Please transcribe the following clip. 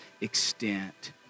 extent